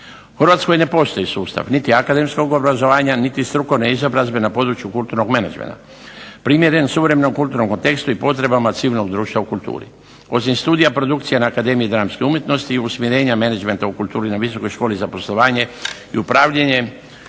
Hrvatskoj ne postoji sustav niti akademskog obrazovanja niti strukovne izobrazbe na području kulturnog menadžmenta primjeren suvremenom kulturnom kontekstu i potrebama civilnog društva u kulturi. Osim studija produkcije na Akademiji dramske umjetnosti i usmjerenja menadžmenta u kulturi na Visokoj školi za poslovanje i upravljanje